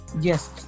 Yes